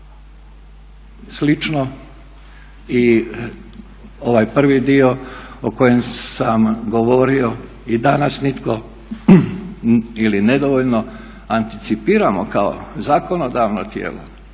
Slično i ovaj prvi dio o kojem sam govorio, i danas nitko ili nedovoljno anticipiramo kao zakonodavno tijelo,